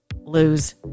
lose